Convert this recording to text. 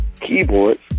keyboards